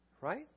right